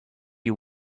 you